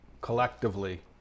collectively